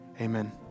Amen